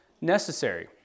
necessary